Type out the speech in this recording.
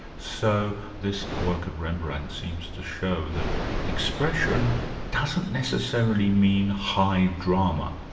so this work of rembrandt seems to show that expression doesn't necessarily mean high drama.